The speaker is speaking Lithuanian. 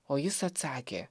o jis atsakė